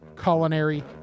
culinary